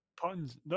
Puns